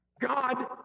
God